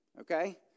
Okay